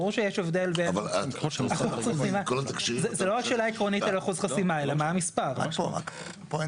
יש כאן שאלה של אחוז חסימה שהיא באמת איזון